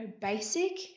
basic